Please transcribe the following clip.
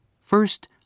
First